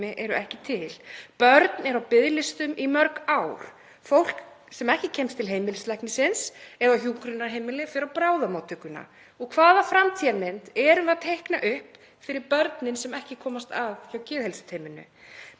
Börn eru á biðlistum í mörg ár. Fólk sem ekki kemst til heimilislæknisins eða á hjúkrunarheimili fer á bráðamóttökuna. Og hvaða framtíðarmynd erum við að teikna upp fyrir börnin sem ekki komast að hjá geðheilsuteyminu?